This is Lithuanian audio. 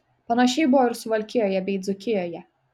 panašiai buvo ir suvalkijoje bei dzūkijoje